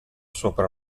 sopra